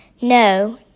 No